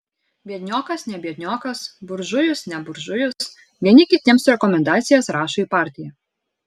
biedniokas ne biedniokas buržujus ne buržujus vieni kitiems rekomendacijas rašo į partiją